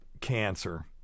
cancer